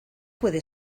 puede